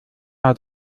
hat